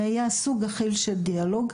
זה היה סוג אחר של דיאלוג.